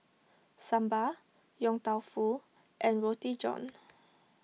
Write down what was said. Sambal Yong Tau Foo and Roti John